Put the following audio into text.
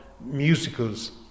musicals